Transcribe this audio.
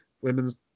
women's